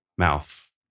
mouth